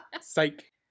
Psych